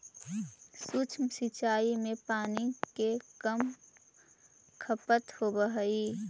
सूक्ष्म सिंचाई में पानी के कम खपत होवऽ हइ